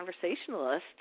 conversationalist